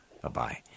Bye-bye